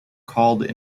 called